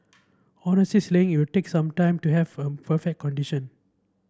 it will take some time to have a condition